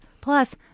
Plus